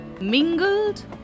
mingled